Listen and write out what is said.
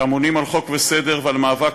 שאמונים על חוק וסדר ועל מאבק,